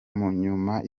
munyuma